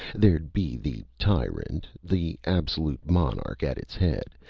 there'd be the tyrant the absolute monarch at its head.